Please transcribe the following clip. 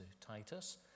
Titus